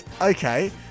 Okay